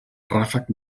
ràfec